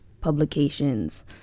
publications